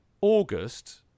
August